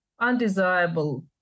undesirable